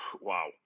wow